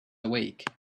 awake